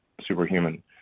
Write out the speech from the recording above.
superhuman